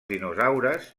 dinosaures